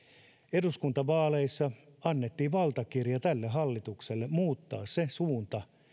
eduskuntavaaleissa annettiin valtakirja tälle hallitukselle muuttaa se suunta